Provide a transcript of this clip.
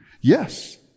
Yes